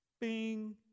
Bing